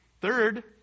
Third